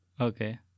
Okay